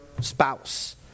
spouse